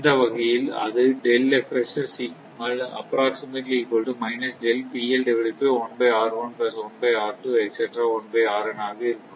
இந்த வகையில் அது ஆக இருக்கும்